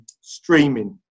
streaming